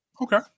Okay